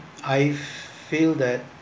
I've feel that